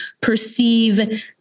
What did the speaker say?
perceive